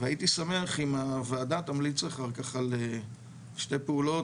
והייתי שמח אם הועדה תמליץ אחר כך על שתי פעולות.